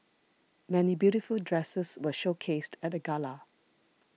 many beautiful dresses were showcased at the gala